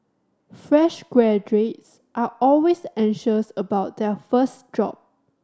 fresh graduates are always anxious about their first job